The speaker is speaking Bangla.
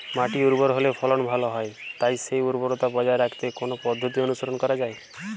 মাটি উর্বর হলে ফলন ভালো হয় তাই সেই উর্বরতা বজায় রাখতে কোন পদ্ধতি অনুসরণ করা যায়?